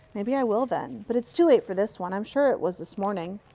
maybe i will, then. but it's too late for this one. i'm sure it was this morning.